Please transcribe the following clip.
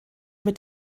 mit